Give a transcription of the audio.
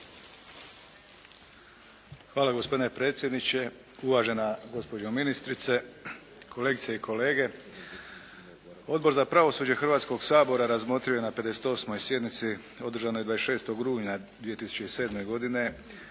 Hvala gospodine predsjedniče, uvažena gospođo ministrice, kolegice i kolege. Odbor za pravosuđe Hrvatskog sabora razmotrio je na 58. sjednici održanoj 26. rujna 2007. godine